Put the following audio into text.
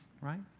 right